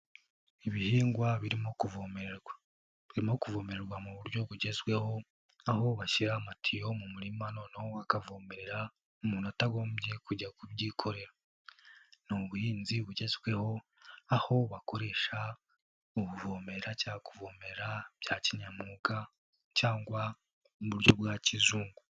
Ibihingwa birimo kuvomererwa birimo kuvomererwa mu buryo bugezweho, aho bashyira amatiyo mu murima noneho bakavomerera umuntu utagombye kujya kubyikorera. Ni ubuhinzi bugezweho aho bakoresha ubuvomera cyangwa kuvomera bya kinyamwuga cyangwa mu buryo bwa kizungu.